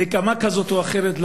נקמה כזאת או אחרת,